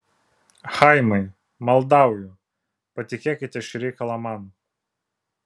chaimai maldauju patikėkite šį reikalą man